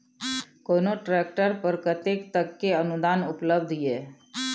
कोनो ट्रैक्टर पर कतेक तक के अनुदान उपलब्ध ये?